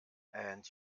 and